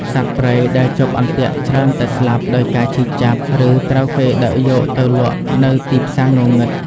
សត្វព្រៃដែលជាប់អន្ទាក់ច្រើនតែស្លាប់ដោយការឈឺចាប់ ឬត្រូវគេដឹកយកទៅលក់នៅទីផ្សារងងឹត។